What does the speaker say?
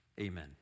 Amen